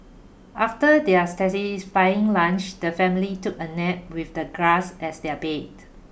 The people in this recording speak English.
after their satisfying lunch the family took a nap with the grass as their bed